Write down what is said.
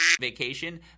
vacation